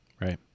right